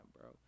bro